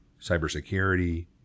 cybersecurity